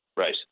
Right